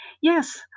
Yes